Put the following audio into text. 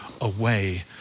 away